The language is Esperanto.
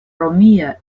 romia